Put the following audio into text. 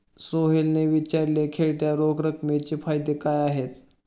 सोहेलने विचारले, खेळत्या रोख रकमेचे फायदे काय आहेत?